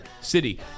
city